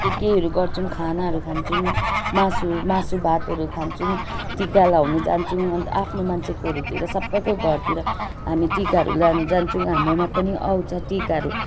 के केहरू गर्छौँ खानाहरू खान्छौँ मासु मासु भातहरू खान्छौँ टिका लाउनु जान्छौँ अन्त आफ्नो मान्छेकोहरूतिर सबैको घरतिर हामी टिकाहरू लाउनु जान्छौँ हाम्रोमा पनि आउँछ टिकाहरू